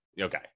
okay